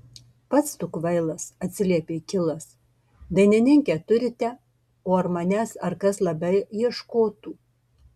pats tu kvailas atsiliepė kilas dainininkę turite o manęs ar kas labai ieškotų